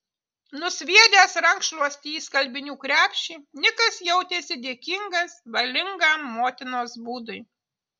nusviedęs rankšluostį į skalbinių krepšį nikas jautėsi dėkingas valingam motinos būdui